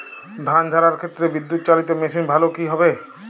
ধান ঝারার ক্ষেত্রে বিদুৎচালীত মেশিন ভালো কি হবে?